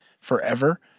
forever